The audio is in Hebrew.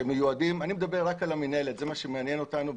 אני מדבר רק על המינהלת זה מה שמעניין אותנו.